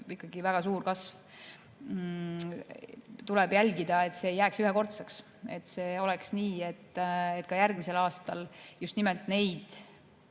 ikkagi väga suur kasv. Tuleb jälgida, et see ei jääks ühekordseks, et oleks nii, et ka järgmisel aastal just nimelt neid